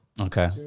Okay